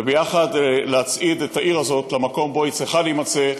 ויחד להצעיד את העיר הזאת למקום שבו היא צריכה להימצא,